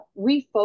refocus